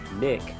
nick